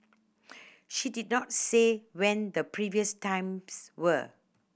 she did not say when the previous times were